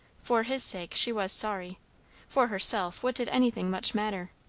for his sake, she was sorry for herself, what did anything much matter?